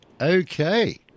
Okay